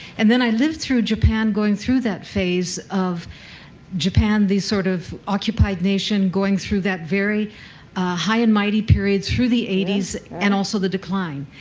and then i lived through japan going through that phase of japan, the sort of occupied nation, going through that very high-and-mighty period through the eighty s and also the decline.